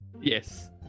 Yes